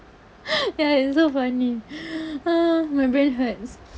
ya it's so funny my brain hurts